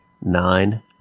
nine